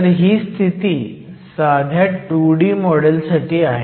तर ही स्थिती साध्या 2D मॉडेल साठी आहे